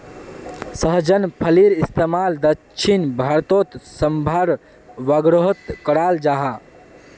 सहजन फलिर इस्तेमाल दक्षिण भारतोत साम्भर वागैरहत कराल जहा